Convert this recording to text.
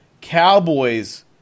Cowboys